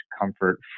comfort